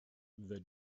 the